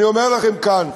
אני אומר לכם כאן,